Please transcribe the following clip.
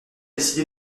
décidé